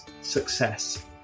success